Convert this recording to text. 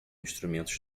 instrumentos